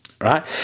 right